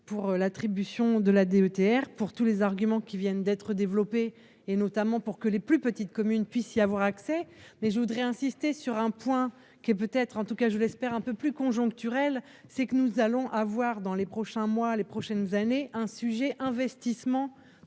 pour l'attribution de la DETR pour tous les arguments qui viennent d'être développés et notamment pour que les plus petites communes puissent y avoir accès, mais je voudrais insister sur un point qui est peut être en tout cas je l'espère, un peu plus conjoncturelle, c'est que nous allons avoir dans les prochains mois les prochaines années un sujet investissements